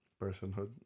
personhood